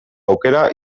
aukera